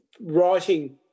writing